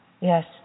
Yes